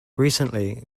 recently